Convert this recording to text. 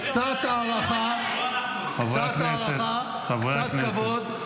קצת ענווה, קצת כבוד,